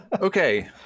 Okay